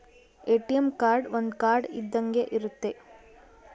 ATM card ಒಂದ್ card ಇದ್ದಂಗೆ ಇರುತ್ತೆ